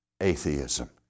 atheism